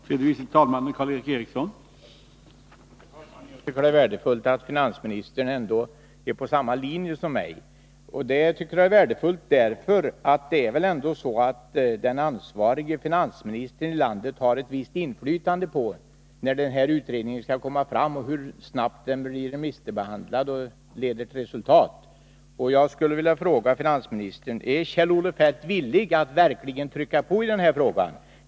Herr talman! Jag tycker att det är värdefullt att finansministern ändå är på samma linje som jag — den ansvarige finansministern i landet har ju ett visst inflytande vad gäller tidpunkten för utredningens förslag, hur snabbt det blir remissbehandlat och leder till resultat. Är Kjell-Olof Feldt villig att verkligen trycka på i den här frågan?